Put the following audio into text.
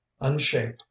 unshaped